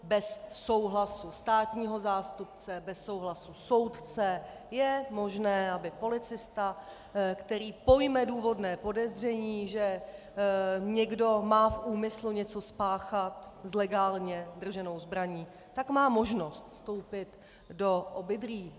Bez souhlasu státního zástupce, bez souhlasu soudce je možné, aby policista, který pojme důvodné podezření, že někdo má v úmyslu něco spáchat legálně drženou zbraní, má možnost vstoupit do obydlí.